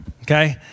Okay